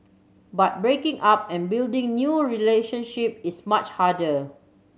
but breaking up and building new relationship is much harder